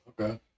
Okay